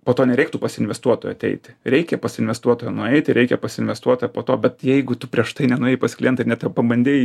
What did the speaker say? po to nereiktų pas investuotoją ateiti reikia pas investuotoją nueiti reikia pas investuotoją po to bet jeigu tu prieš tai nenuėjai pas klientą ir net nepabandei